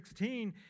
16